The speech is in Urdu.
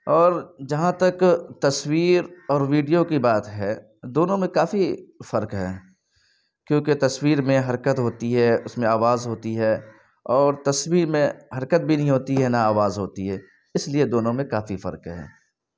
اور جہاں تک تصویر اور ویڈیو کی بات ہے دونوں میں کافی فرق ہے کیوںکہ تصویر میں حرکت ہوتی ہے اس میں آواز ہوتی ہے اور تصویر میں حرکت بھی نہیں ہوتی ہے نہ آواز ہوتی ہے اس لیے دونوں میں کافی فرق ہے